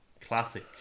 classic